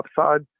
upside